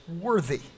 worthy